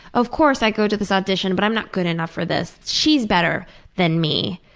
of course, i go to this audition but i'm not good enough for this. she is better than me.